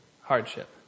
hardship